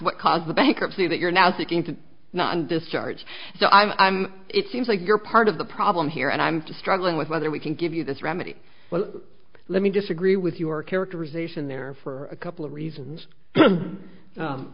what caused the bankruptcy that you're now seeking to not an discharge so i'm it seems like you're part of the problem here and i'm struggling with whether we can give you this remedy well let me disagree with your characterization there for a couple of reasons